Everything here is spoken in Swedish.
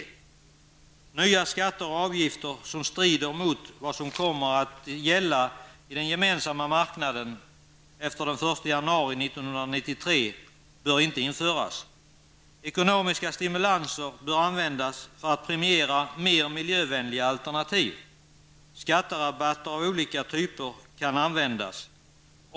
Nya skatter och avgifter som strider mot vad som kommer att gälla inom den gemensamma marknaden den 1 januari 1993 bör inte införas. Ekonomiska stimulanser bör användas för att premiera mer miljövänliga alternativ. Skatterabatter av olika typer kan användas.